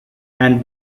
and